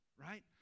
right